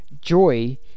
Joy